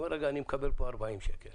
הוא יגיד, אני מקבל 40 שקל